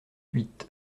huit